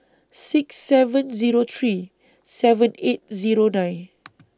six seven Zero three seven eight Zero nine